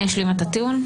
אני אשלים את הטיעון,